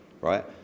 right